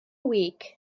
week